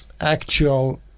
actual